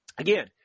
Again